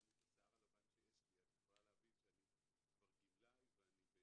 לאור כמות השיער הלבן שיש לי את יכולה להבין שאני כבר גמלאי ויש